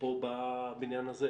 פה בבניין הזה,